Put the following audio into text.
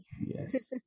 yes